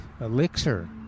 elixir